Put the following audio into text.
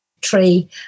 tree